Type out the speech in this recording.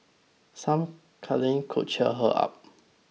some cuddling could cheer her up